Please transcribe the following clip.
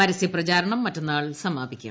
പരസ്യപ്രചാരണം മറ്റന്നാൾ സമാപിക്കും